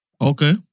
Okay